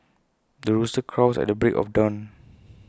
the rooster crows at the break of dawn